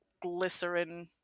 Glycerin